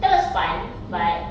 that was fun but